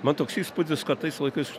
mat toks įspūdis kad tais laikais